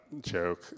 joke